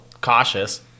cautious